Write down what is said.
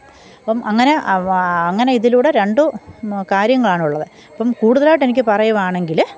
അപ്പം അങ്ങനെ അവ അങ്ങനെ ഇതിലൂടെ രണ്ടു മ് കാര്യങ്ങളാണുള്ളത് ഇപ്പം കൂടുതലായിട്ട് എനിക്ക് പറയുവാണെങ്കിൽ